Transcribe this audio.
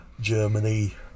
Germany